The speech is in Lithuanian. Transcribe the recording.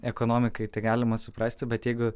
ekonomikai tai galima suprasti bet jeigu